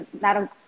Madam